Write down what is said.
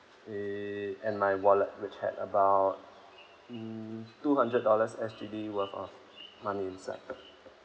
eh my wallet which had about mm two hundred dollars S_G_D worth of money inside